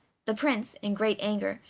the prince, in great anger,